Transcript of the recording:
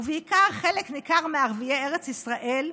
ובעיקר חלק ניכר מערביי ארץ ישראל,